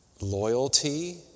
Loyalty